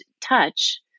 touch